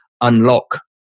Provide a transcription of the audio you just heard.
unlock